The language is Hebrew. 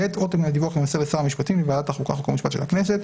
(ב)עותק מן הדיווח יימסר לשר המשפטים ולוועדת החוקה חוק ומשפט של הכנסת.